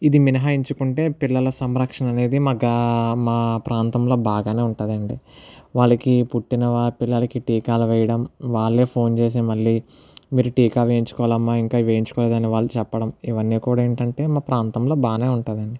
ఇది మినహాయించుకుంటే పిల్లల సంరక్షణ అనేది మాగా మా ప్రాంతంలో బాగానే ఉంటుందండి వాళ్ళకి పుట్టిన పిల్లలకి టీకాలు వేయడం వాళ్ళే ఫోన్ చేసి మళ్ళీ మీరు టీకా వేయించుకోవాలమ్మా ఇంకా వేయించుకోలేదు అని వాళ్ళు చెప్పడం ఇవన్నీ కూడా ఏంటంటే మా ప్రాంతంలో బాగానే ఉంటుందండి